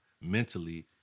mentally